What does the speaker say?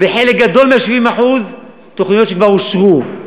וחלק גדול מה-70% תוכניות שכבר אושרו.